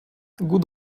good